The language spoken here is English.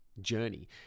journey